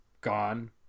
gone